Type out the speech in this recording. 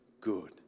good